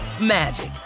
magic